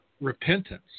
repentance